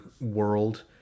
world